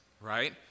right